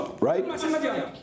Right